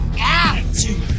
attitude